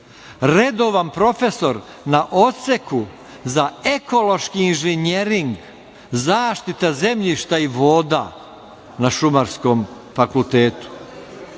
Redovan profesor na odseku za ekološki inženjering, zaštita zemljišta i voda na šumarskom fakultetu,